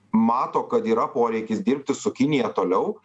mato kad yra poreikis dirbti su kinija toliau